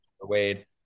Wade